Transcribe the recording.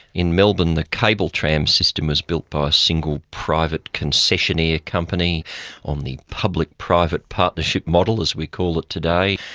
in melbourne, the cable tram system was built by a single private concessionaire company on the public-private partnership model as we call it today.